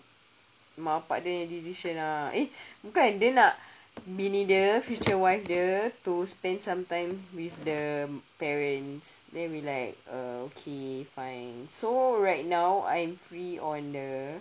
macam mak bapak dia punya decision ah eh bukan dia nak bini dia future wife dia to spend some time with the parents then we're like okay fine so right now I'm free on the